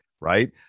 Right